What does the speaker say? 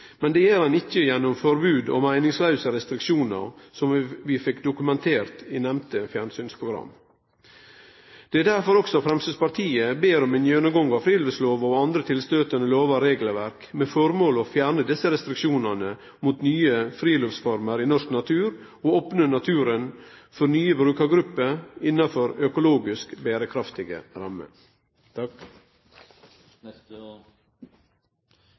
Men det gjer han ikkje gjennom forbod og meiningslause restriksjonar som vi fekk dokumentert i nemnde fjernsynsprogram. Det er derfor også Framstegspartiet ber om ein gjennomgang av friluftslova og andre liknande lover og regelverk med det formål å fjerne desse restriksjonane mot nye friluftsformer i norsk natur og opne naturen for nye brukargrupper innanfor økologisk berekraftige rammer.